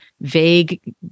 vague